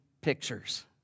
pictures